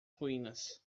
ruínas